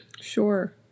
Sure